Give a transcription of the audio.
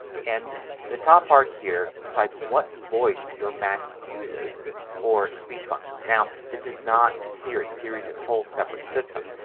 and the top part here decides what voice your mac uses for speech functions. now this is not siri. siri is a whole separate system.